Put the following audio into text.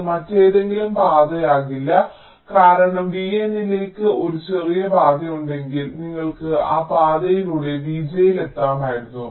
ഇത് മറ്റേതെങ്കിലും പാതയാകില്ല കാരണം vn ലേക്ക് ഒരു ചെറിയ പാത ഉണ്ടെങ്കിൽ നിങ്ങൾക്ക് ആ പാതയിലൂടെ vj ൽ എത്താമായിരുന്നു